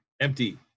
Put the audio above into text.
Empty